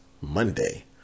Monday